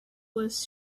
was